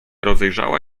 rozejrzała